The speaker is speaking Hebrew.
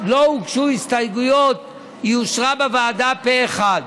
לא הוגשו הסתייגויות, היא אושרה בוועדה פה אחד.